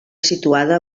situada